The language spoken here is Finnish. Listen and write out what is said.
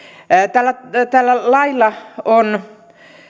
tällä tällä lailla on